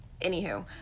anywho